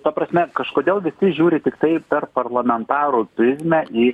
ta prasme kažkodėl visi žiūri tiktai per parlamentarų prizmę į